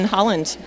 Holland